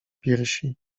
piersi